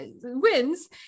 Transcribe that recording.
wins